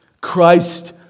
Christ